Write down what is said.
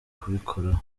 kubikoraho